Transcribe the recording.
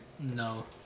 No